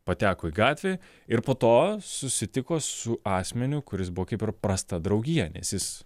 pateko į gatvę ir po to susitiko su asmeniu kuris buvo kaip ir prasta draugija nes jis